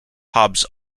hobbs